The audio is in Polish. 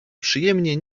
przyjemnie